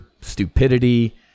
stupidity